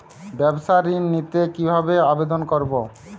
ব্যাবসা ঋণ নিতে কিভাবে আবেদন করব?